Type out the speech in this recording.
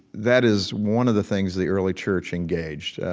that is one of the things the early church engaged.